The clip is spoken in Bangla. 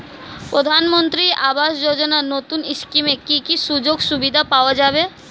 প্রধানমন্ত্রী আবাস যোজনা নতুন স্কিমে কি কি সুযোগ সুবিধা পাওয়া যাবে?